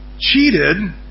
cheated